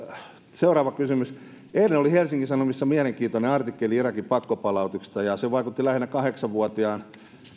seuraava kysymys eilen oli helsingin sanomissa mielenkiintoinen artikkeli irakin pakkopalautuksista ja se vaikutti lähinnä kahdeksanvuotiaan